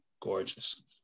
gorgeous